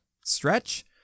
stretch